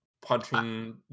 punching